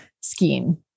Skiing